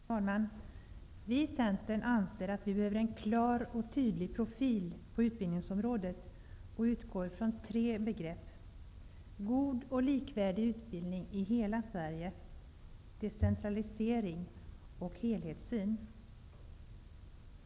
Herr talman! Vi i Centern anser att vi behöver en klar och tydlig profil på utbildningsområdet och utgår från tre begrepp: God och likvärdig utbildning i hela Sverige, decentralisering och helhetssyn.